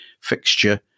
fixture